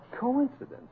Coincidence